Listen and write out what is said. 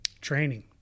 training